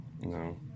No